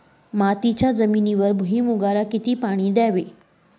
मातीच्या जमिनीवर भुईमूगाला किती पाणी द्यावे?